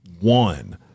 one